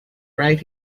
right